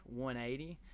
180